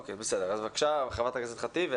בבקשה, חברת הכנסת ח'טיב.